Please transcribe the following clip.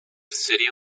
sería